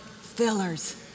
fillers